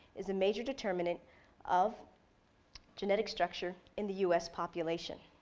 is a major determinant of genetic structure in the u s. population.